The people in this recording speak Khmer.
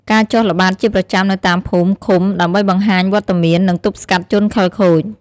ការចុះល្បាតជាប្រចាំនៅតាមភូមិ ឃុំ ដើម្បីបង្ហាញវត្តមាន និងទប់ស្កាត់ជនខិលខូច។